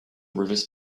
river